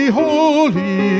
holy